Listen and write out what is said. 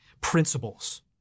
principles